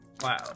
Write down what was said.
Wow